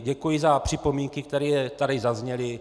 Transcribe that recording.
Děkuji za připomínky, které tady zazněly.